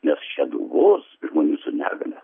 nes šeduvos žmonių su negalia